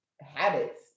habits